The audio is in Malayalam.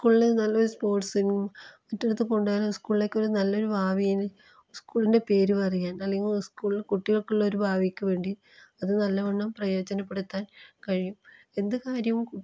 സ്കൂളിൽ നല്ല ഒരു സ്പോർട്സിനും മറ്റടത്ത് പോകാണ്ട് സ്കൂളിലേക്കൊരു നല്ലൊരു ഭാവീന് സ്കൂളിൻ്റെ പേര് പറയാൻ അല്ലെങ്കിൽ സ്കൂളിലെ കുട്ടികൾക്കുള്ളൊരു ഭാവിക്ക് വേണ്ടി അത് നല്ല വണ്ണം പ്രയോജനപ്പെടുത്താൻ കഴിയും എന്ത് കാര്യവും